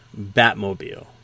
Batmobile